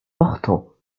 portant